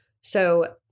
So-